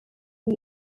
son